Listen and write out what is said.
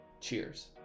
Cheers